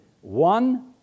one